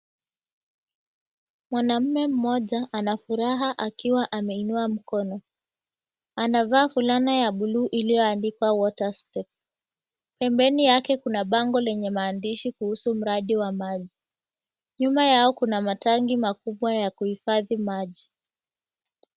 Mwanaume mmoja anafuraha akiwa ameinuwa mkono. Anavaa flana ya bluu iliyoandikwa Waterstep. Pembeni yake kuna bango lenye maandishi kuhusu mradi wa maji. Nyuma yao kuna matanki makubwa ya kuhifadhi maji.